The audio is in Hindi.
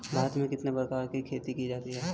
भारत में कितने प्रकार की खेती की जाती हैं?